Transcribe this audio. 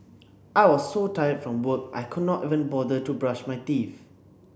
I was so tired from work I could not even bother to brush my teeth